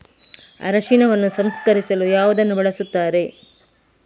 ಅರಿಶಿನವನ್ನು ಸಂಸ್ಕರಿಸಲು ಯಾವುದನ್ನು ಬಳಸುತ್ತಾರೆ?